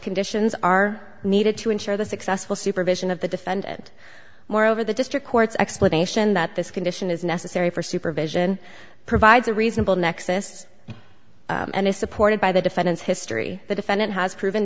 conditions are needed to ensure the successful supervision of the defendant moreover the district court's explanation that this condition is necessary for supervision provides a reasonable nexus and is supported by the defendant's history the defendant has proven